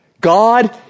God